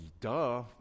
duh